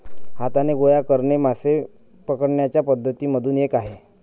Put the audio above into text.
हाताने गोळा करणे मासे पकडण्याच्या पद्धती मधून एक आहे